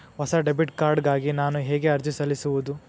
ಹೊಸ debit card ಗಾಗಿ ನಾನು ಹೇಗೆ ಅರ್ಜಿ ಸಲ್ಲಿಸುವುದು?